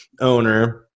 owner